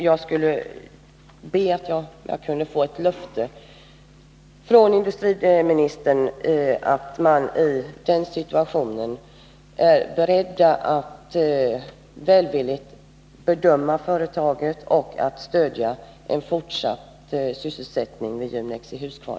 Jag skulle därför gärna vilja ha ett löfte från industriministern om att regeringen i en sådan situation är beredd att välvilligt bedöma Junex i Huskvarna och att stödja en fortsatt sysselsättning där.